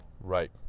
right